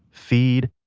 feed,